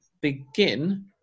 begin